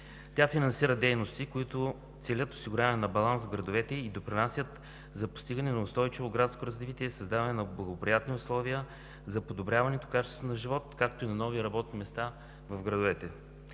Тя финансира дейности, които целят осигуряване на баланс в градовете и допринасят за постигане на устойчиво градско развитие и създаване на благоприятни условия за подобряване качеството на живот, както и на нови работни места в градовете.